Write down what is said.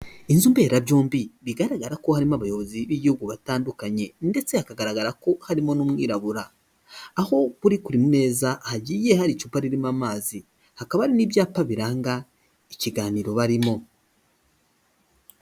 Inzu mberabyombi bigaragara ko harimo abayobozi b'ibihugu batandukanye, ndetse hakagaragara ko harimo n'umwirabura. Aho kuri buri meza hagiye hariho icupa ririmo amazi hakaba n'ibyapa biranga ikiganiro barimo.